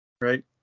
Right